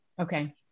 Okay